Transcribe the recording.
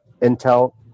intel